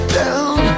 down